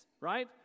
right